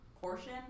portion